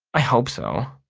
i hope so.